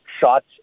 shots